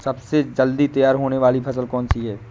सबसे जल्दी तैयार होने वाली फसल कौन सी है?